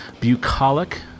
Bucolic